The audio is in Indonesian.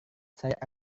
saya